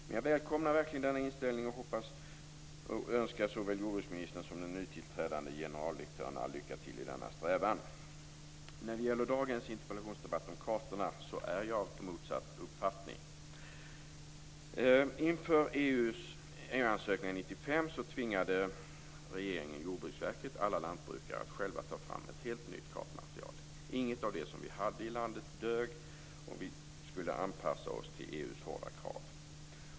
Men jag välkomnar verkligen denna inställning, och önskar såväl jordbruksministern som den nytillträdande generaldirektören lycka till i denna strävan. När det gäller dagens interpellationsdebatt om kartorna är jag av motsatt uppfattning. Inför EU ansökningen 1995 tvingade regeringen och Jordbruksverket alla lantbrukare att själva ta fram ett helt nytt kartmaterial. Inget av det som vi hade i landet dög. Vi skulle anpassa oss till EU:s hårda krav.